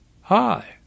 Hi